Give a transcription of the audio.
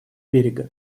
берега